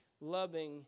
loving